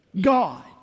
God